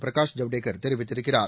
பிரகாஷ் ஜவ்டேகர் தெரிவித்திருக்கிறார்